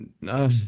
No